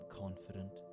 confident